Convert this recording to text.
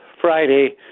Friday